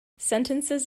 sentences